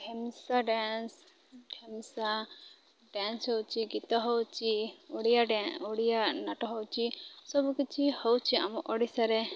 Dhemsa dance Dhemsa dance ହେଉଛି ଗୀତ ହେଉଛି ଓଡ଼ିଆ ଓଡ଼ିଆ ନାଟ ହେଉଛି ସବୁ କିଛି ହେଉଛି ଆମ ଓଡ଼ିଶାରେ